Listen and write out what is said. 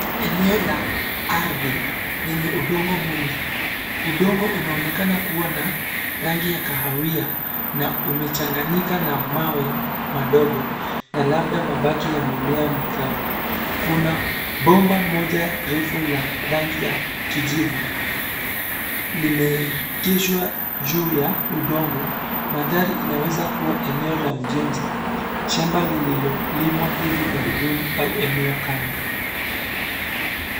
Eneo la ardhi lenye udongo mwingi, udongo unaonekana kuwa na rangi ya kahawia na umechanganyika na mawe madogo na labda mabaki ya mimea mikavu. Kuna bomba moja refu la rangi ya kijivu, limeegeshwa juu ya udongo. Mandhari inaweza kuwa eneo la ujenzi, shamba lililolimwa hivi karibuni au eneo kame.